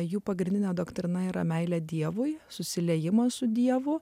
jų pagrindinė doktrina yra meilė dievui susiliejimas su dievu